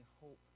hope